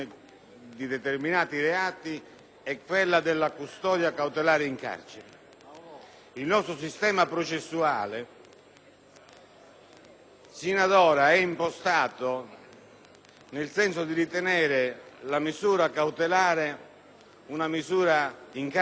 processuale è impostato nel senso di ritenere la misura cautelare in carcere una misura residuale rispetto alle altre. Con la modifica che si propone,